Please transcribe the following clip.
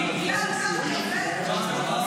גלעד, ככה יפה?